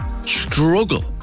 struggle